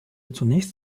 zunächst